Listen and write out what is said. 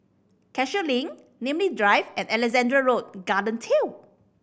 Cashew Link Namly Drive and Alexandra Road Garden Trail